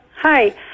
Hi